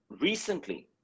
recently